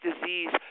disease